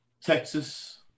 Texas